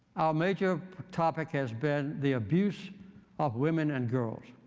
our major topic has been the abuse of women and girls.